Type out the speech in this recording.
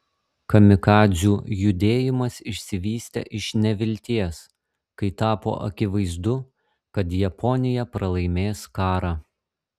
kamikadzių judėjimas išsivystė iš nevilties kai tapo akivaizdu kad japonija pralaimės karą